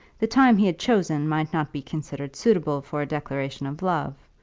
the time he had chosen might not be considered suitable for a declaration of love,